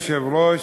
אדוני היושב-ראש,